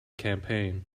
campaign